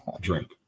drink